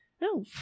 no